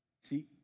See